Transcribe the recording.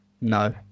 no